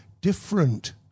different